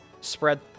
spread